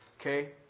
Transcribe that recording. Okay